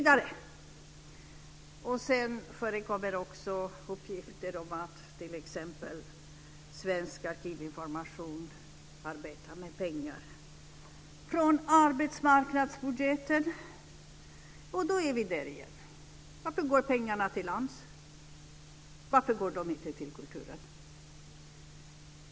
Det förekommer också uppgifter om att Svensk Arkivinformation arbetar med pengar från arbetsmarknadsbudgeten. Då är vi där igen. Varför går pengarna till AMS? Varför går de inte till kulturen?